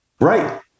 right